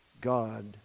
God